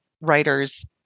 writers